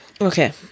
Okay